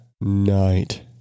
night